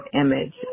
image